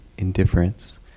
indifference